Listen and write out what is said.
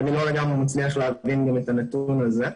לכן, אני לא לגמרי מצליח להבין את הנתון הזה.